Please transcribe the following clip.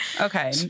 Okay